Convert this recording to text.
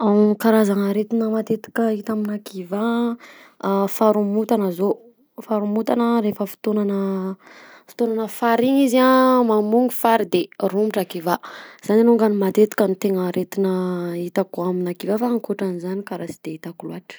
Karazana aretina ita matetiky amina kiva a faharomotana zao faharomotana rehefa fotoanana fotoanana fary iny izy a mamogno fary a de rombotra kiva zany longany matetika tena aretina itako amina kiva fa akotran'izany karaha sy de itako loatry.